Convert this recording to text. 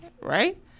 right